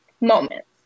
moments